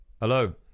Hello